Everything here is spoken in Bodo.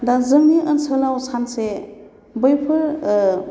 दा जोंनि ओनसोलाव सानसे बैफोर